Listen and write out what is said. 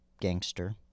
gangster